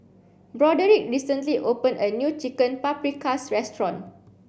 Broderick recently open a new Chicken Paprikas restaurant